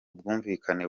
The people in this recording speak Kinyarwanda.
ubwumvikane